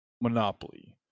monopoly